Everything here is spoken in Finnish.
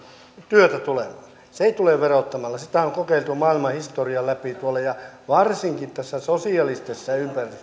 työtä tulemaan se ei tule verottamalla sitä on kokeiltu maailmanhistorian läpi ja varsinkin sosialistisessa ympäristössä